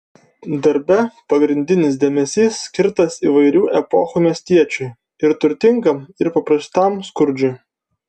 darbe pagrindinis dėmesys skirtas įvairių epochų miestiečiui ir turtingam ir paprastam skurdžiui